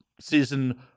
season